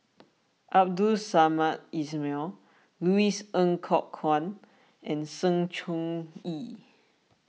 Abdul Samad Ismail Louis Ng Kok Kwang and Sng Choon Yee